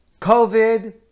COVID